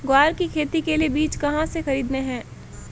ग्वार की खेती के लिए बीज कहाँ से खरीदने हैं?